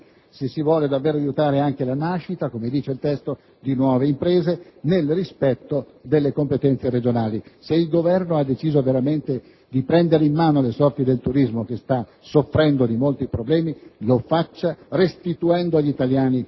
se si vuole davvero favorire anche la nascita di nuove imprese, come dice il testo del disegno di legge, nel rispetto delle competenze regionali. Se il Governo ha deciso veramente di prendere in mano le sorti del turismo, che sta soffrendo di molti problemi, lo faccia restituendo agli italiani